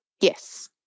Yes